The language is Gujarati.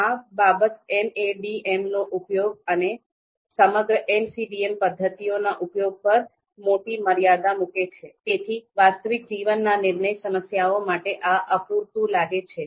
આ બાબત MADM નો ઉપયોગ અને સમગ્ર MCDM પદ્ધતિઓ ના ઉપયોગ પર મોટી મર્યાદા મૂકે છે તેથી વાસ્તવિક જીવનના નિર્ણય સમસ્યાઓ માટે આ અપૂરતું લાગે છે